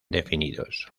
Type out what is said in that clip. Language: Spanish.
definidos